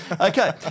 Okay